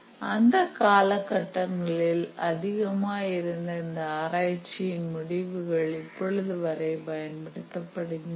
அந்த கால கட்டங்களில் அதிகமாய் இருந்த அந்த ஆராய்ச்சியின் முடிவுகள் இப்பொழுது வரை பயன்படுத்தப்படுகின்றன